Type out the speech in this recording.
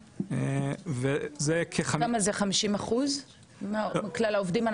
כמה זה 50% מכלל העובדים?